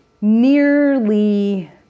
nearly